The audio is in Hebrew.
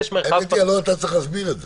לדעתי לא אתה צריך להסביר את זה.